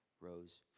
rose